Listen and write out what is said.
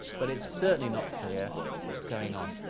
but it's certainly not clear what's going on.